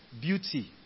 beauty